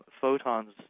photons